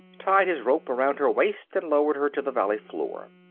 tied his rope around her waist, and lowered her to the valley floor.